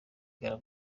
ngara